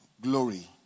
glory